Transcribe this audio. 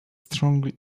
strongly